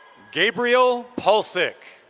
gabriel paulsik.